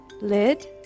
lid